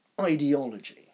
ideology